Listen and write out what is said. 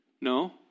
No